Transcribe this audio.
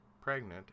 pregnant